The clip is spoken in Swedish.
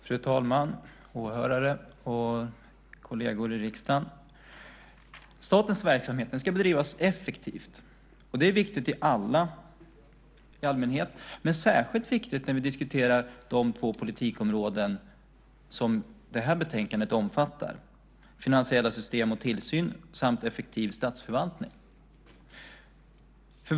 Fru talman! Åhörare och riksdagskolleger! Statens verksamhet ska bedrivas effektivt. Det är viktigt i allmänhet men särskilt viktigt när vi diskuterar de två politikområden som det här betänkandet omfattar - finansiella system och tillsyn samt effektiv statsförvaltning.